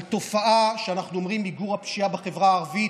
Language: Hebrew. על תופעה שאנחנו אומרים: מיגור הפשיעה בחברה הערבית,